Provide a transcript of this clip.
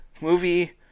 Movie